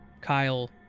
Kyle